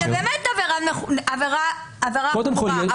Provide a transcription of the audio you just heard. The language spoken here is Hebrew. זו באמת עבירה חמורה.